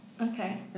Okay